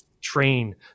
train